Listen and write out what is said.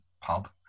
pub